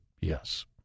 yes